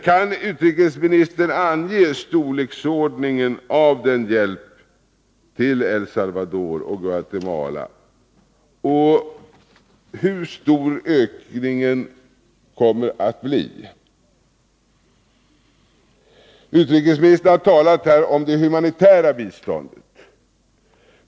Kan utrikesministern ange storleken på denna hjälp till EI Salvador och Guatemala liksom storleken på den ökning det kommer att bli fråga om? Utrikesministern har här talat om det humanitära biståndet.